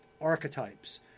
archetypes